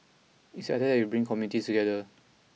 it's the idea that you bring communities together